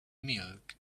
milk